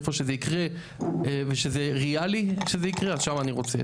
איפה שזה יקרה ושזה ריאלי שזה יקרה אז שם אני רוצה.